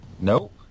Nope